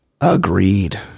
Agreed